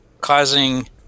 causing